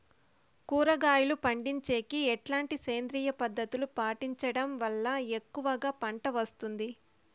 కూరగాయలు పండించేకి ఎట్లాంటి సేంద్రియ పద్ధతులు పాటించడం వల్ల ఎక్కువగా పంట వస్తుంది?